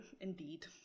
Indeed